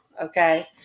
okay